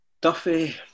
Duffy